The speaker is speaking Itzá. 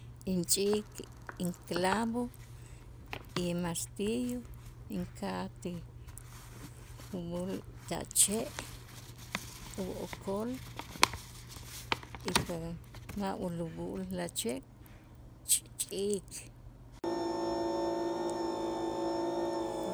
Inch'iik inclavo y martillo inka'aj ti jo'mul ta che' uokol ipe- ma- ma' ulub'ul lache' chich chichik